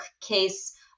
case